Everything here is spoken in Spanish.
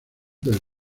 del